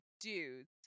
dudes